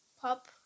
pop